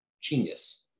Genius